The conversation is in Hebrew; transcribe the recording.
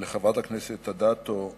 לחברת הכנסת אדטו,